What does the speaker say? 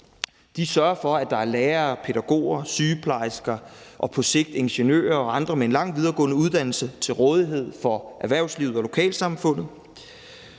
De sørger for, at der er lærere, pædagoger, sygeplejersker og på sigt ingeniører og andre med en lang videregående uddannelse til rådighed for erhvervslivet og lokalsamfundet.